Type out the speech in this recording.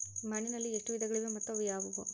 ಮಣ್ಣಿನಲ್ಲಿ ಎಷ್ಟು ವಿಧಗಳಿವೆ ಮತ್ತು ಅವು ಯಾವುವು?